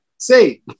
Say